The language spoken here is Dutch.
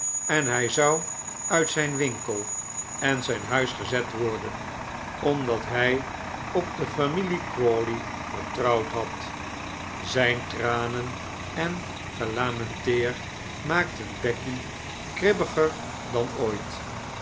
en hij zou uit zijn winkel en zijn huis gezet worden omdat hij op de familie crawley vertrouwd had zijn tranen en gelamenteer maakten becky kribbiger dan ooit